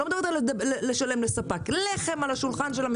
אני לא מדברת על לשלם לספק,